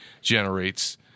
generates